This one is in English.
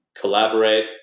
collaborate